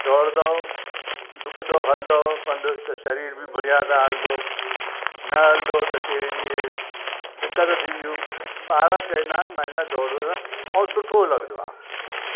डोड़ंदो ढुकंदो हलंदो पंधु त सरीर बि बढ़िया सां हलंदो न हलंदो त सीरी ऐं दिक़त थींदियूं ॿार चवंदा आहिनि मैन डोड़ो था ऐं सुठो लॻंदो आहे